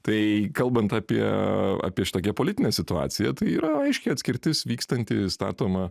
tai kalbant apie apie šitokią politinę situaciją tai yra aiškiai atskirtis vykstanti statoma